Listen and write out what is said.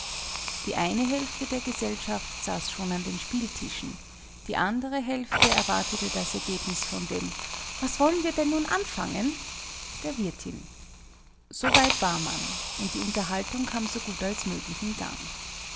die eine hälfte der gesellschaft saß schon an den spieltischen die andere hälfte erwartete das ergebnis von dem was wollen wir denn nun anfangen der wirtin so weit war man und die unterhaltung kam so gut als möglich in gang